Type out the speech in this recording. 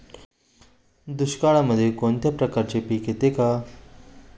दुष्काळामध्ये कोणत्या प्रकारचे पीक येते का?